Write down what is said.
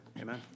Amen